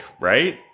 right